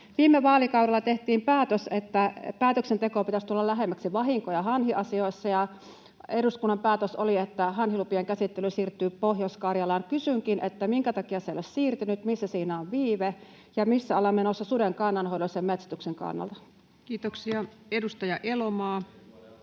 Viime vaalikaudella tehtiin päätös, että päätöksenteon pitäisi tulla lähemmäksi vahinkoja hanhiasioissa, ja eduskunnan päätös oli, että hanhilupien käsittely siirtyy Pohjois-Karjalaan. Kysynkin: Minkä takia se ei ole siirtynyt, missä siinä on viive? Ja missä ollaan menossa suden kannanhoidollisen metsästyksen osalta? Kiitoksia. — Edustaja Elomaa.